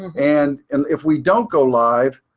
and and if we don't go live,